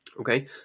Okay